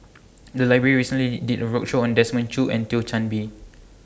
The Library recently did A roadshow on Desmond Choo and Thio Chan Bee